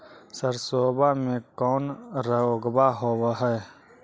सरसोबा मे कौन रोग्बा होबय है?